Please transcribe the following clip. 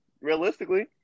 realistically